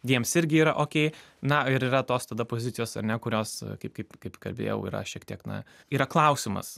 jiems irgi yra okei na ir yra tos tada pozicijos ar ne kurios kaip kaip kaip kalbėjau yra šiek tiek na yra klausimas